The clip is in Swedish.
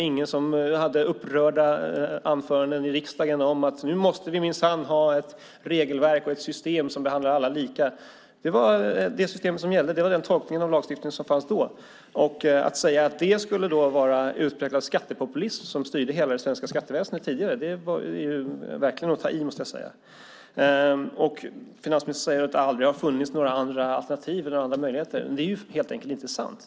Ingen höll upprörda anföranden i riksdagen om att vi måste ha ett regelverk och ett system som behandlar alla lika. Det var det system som gällde; det var den tolkning av lagstiftningen som fanns då. Att säga att det var utpräglad skattepopulism som styrde det svenska skatteväsendet är verkligen att ta i. Finansministern säger att det aldrig har funnits några andra möjligheter. Det är inte sant.